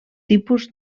tipus